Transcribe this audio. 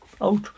out